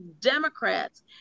Democrats